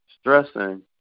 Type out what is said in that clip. stressing